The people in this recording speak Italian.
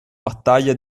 battaglia